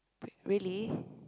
really